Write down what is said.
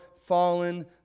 fallen